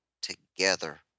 together